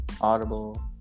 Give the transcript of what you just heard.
Audible